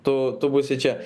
tu tu būsi čia